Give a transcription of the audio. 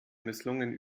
misslungenen